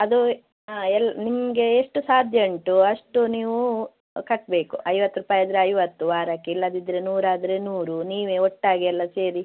ಅದು ಆಂ ಎಲ್ಲಿ ನಿಮಗೆ ಎಷ್ಟು ಸಾಧ್ಯ ಉಂಟು ಅಷ್ಟು ನೀವು ಕಟ್ಟಬೇಕು ಐವತ್ತು ರೂಪಾಯಿ ಆದರೆ ಐವತ್ತು ವಾರಕ್ಕೆ ಇಲ್ಲದಿದ್ದರೆ ನೂರಾದರೆ ನೂರು ನೀವೇ ಒಟ್ಟಾಗಿ ಎಲ್ಲ ಸೇರಿ